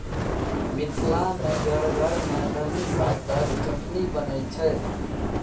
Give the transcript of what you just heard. मिथिला मे घर घर मे धनी पातक चटनी बनै छै